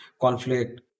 conflict